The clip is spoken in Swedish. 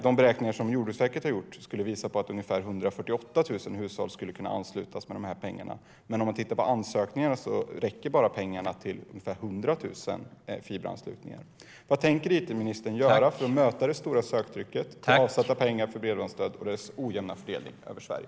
De beräkningar som Jordbruksverket har gjort visar att ungefär 148 000 hushåll skulle kunna anslutas med de här pengarna, men ser man till ansökningarna räcker pengarna till bara ungefär 100 000 fiberanslutningar. Vad tänker it-ministern göra för att möta det stora söktrycket när det gäller de avsatta pengarna för bredbandsstödet och den ojämna fördelningen över Sverige?